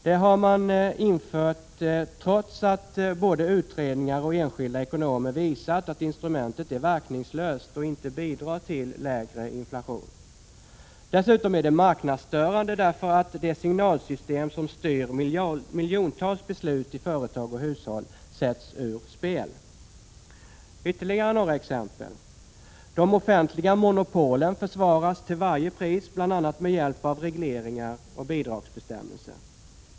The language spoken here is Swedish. Det har man infört trots att både utredningar och enskilda ekonomer visat att instrumentet är verkningslöst och inte bidrar till lägre inflation. Dessutom är det marknadsstörande därför att det signalsystem som styr miljontals beslut i företag och hushåll sätts ur spel! Ytterligare några exempel: De offentliga monopolen försvaras till varje pris bl.a. med hjälp av regleringar och bidragsbestämmelser.